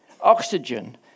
oxygen